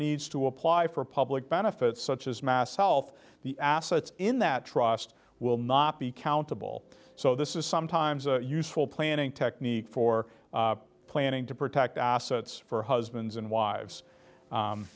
needs to apply for public benefits such as mass health the assets in that trust will not be countable so this is sometimes a useful planning technique for planning to protect assets for husbands and wives